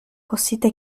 cosita